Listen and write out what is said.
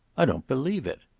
i don't believe it.